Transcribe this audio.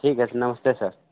ठीक है नमस्ते सर